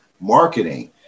marketing